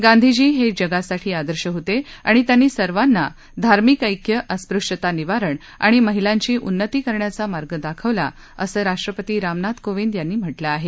गांधीजी हे जगासाठी आदर्श होते आणि त्यांनी सर्वांना धार्मिक ऐक्य अस्पृश्यतानिवारण आणि महिलांची उन्नती करण्याचा मार्ग दाखवला असं राष्ट्रपती रामनाथ कोविद यांनी म्हटलं आहे